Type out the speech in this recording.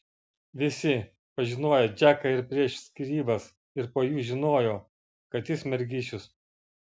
visi pažinoję džeką ir prieš skyrybas ir po jų žinojo kad jis mergišius